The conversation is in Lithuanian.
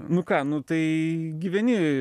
nu ką nu tai gyveni